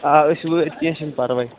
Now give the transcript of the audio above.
آ أسۍ وٲتۍ کیٛنہہ چھِنہٕ پرواے